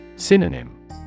Synonym